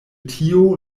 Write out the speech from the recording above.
tio